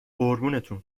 قربونتون